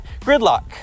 Gridlock